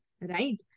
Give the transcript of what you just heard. right